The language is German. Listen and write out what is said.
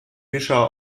fischer